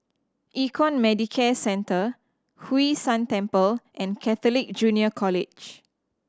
Econ Medicare Centre Hwee San Temple and Catholic Junior College